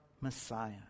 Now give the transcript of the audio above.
Messiah